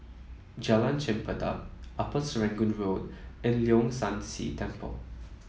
Jalan Chempedak Upper Serangoon Road and Leong San See Temple